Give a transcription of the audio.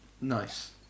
Nice